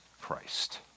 Christ